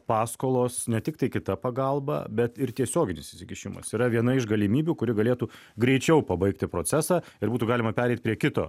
paskolos ne tik tai kita pagalba bet ir tiesioginis įsikišimas yra viena iš galimybių kuri galėtų greičiau pabaigti procesą ir būtų galima pereit prie kito